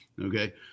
okay